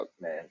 man